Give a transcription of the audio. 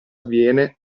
avviene